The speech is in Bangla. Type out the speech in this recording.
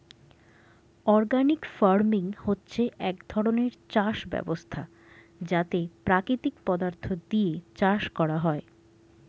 অর্গানিক ফার্মিং হচ্ছে এক ধরণের চাষ ব্যবস্থা যাতে প্রাকৃতিক পদার্থ দিয়ে চাষ করা হয়